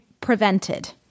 prevented